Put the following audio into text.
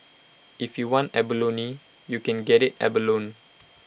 if you want ab lonely you can get abalone